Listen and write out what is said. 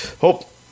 hope